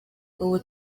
ubu